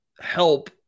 help